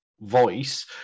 voice